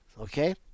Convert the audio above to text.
Okay